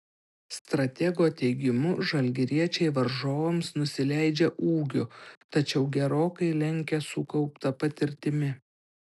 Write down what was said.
stratego teigimu žalgiriečiai varžovams nusileidžia ūgiu tačiau gerokai lenkia sukaupta patirtimi